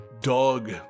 dog